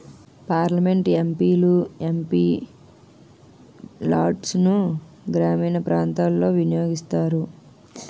parliament MP లు MP లాడ్సును గ్రామీణ ప్రాంతాలలో వినియోగిస్తారు